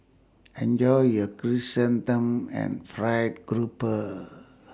Enjoy your Chrysanthemum and Fried Grouper